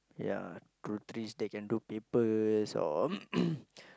ya through trees they can do papers or